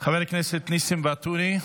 חבר הכנסת ניסים ואטורי,